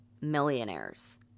millionaires